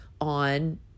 on